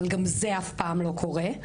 אבל גם זה אף פעם לא קורה.